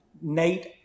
Nate